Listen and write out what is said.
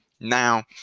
Now